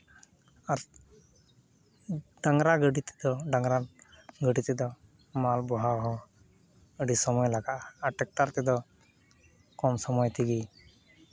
ᱟᱨ ᱰᱟᱝᱨᱟ ᱜᱟᱹᱰᱤ ᱛᱮᱫᱚ ᱰᱟᱝᱨᱟ ᱜᱟᱹᱰᱤ ᱛᱮᱫᱚ ᱢᱟᱞ ᱵᱚᱦᱟᱣ ᱦᱚᱸ ᱟᱹᱰᱤ ᱥᱚᱢᱚᱭ ᱞᱟᱜᱟᱜᱼᱟ ᱟᱨ ᱴᱮᱠᱴᱟᱨ ᱛᱮᱫᱚ ᱠᱚᱢ ᱥᱚᱢᱚᱭ ᱛᱮᱜᱮ